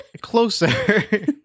closer